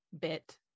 bit